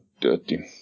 dirty